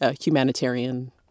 humanitarian